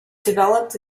developed